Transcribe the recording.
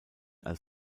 als